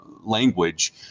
language